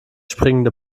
springende